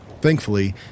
Thankfully